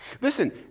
Listen